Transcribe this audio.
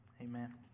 amen